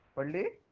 ali